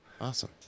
Awesome